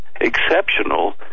exceptional